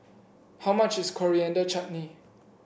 how much is Coriander Chutney